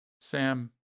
Sam